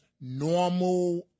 normal